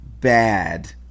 bad